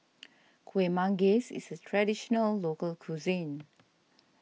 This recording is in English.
Kuih Manggis is a Traditional Local Cuisine